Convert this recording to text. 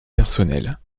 personnelle